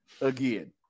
again